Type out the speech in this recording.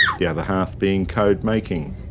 the other half being code making.